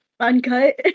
uncut